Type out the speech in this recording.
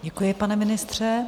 Děkuji, pane ministře.